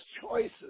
choices